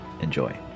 Enjoy